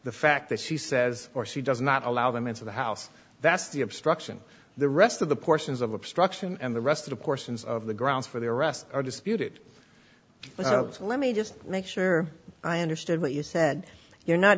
the fact that she says or she does not allow them into the house that's the obstruction the rest of the portions of obstruction and the rest of course ins of the grounds for the arrest are disputed let me just make sure i understood what you said you're not